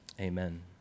Amen